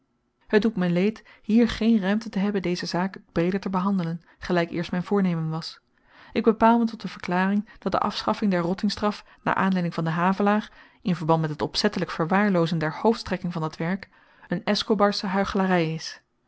het doet me leed hier geen ruimte te hebben deze zaak breeder te behandelen gelyk eerst myn voornemen was ik bepaal me tot de verklaring dat de afschaffing der rottingstraf naar aanleiding van den havelaar in verband met het opzettelyk verwaarloozen der hoofdstrekking van dat werk een escobarsche huichelary is